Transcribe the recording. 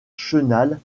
chenal